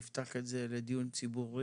נפתח את זה לדיון ציבורי,